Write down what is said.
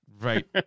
Right